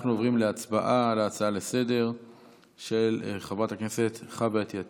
אנחנו עוברים להצבעה על ההצעה לסדר-היום של חברת הכנסת חוה אתי עטייה.